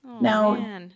Now